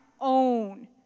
own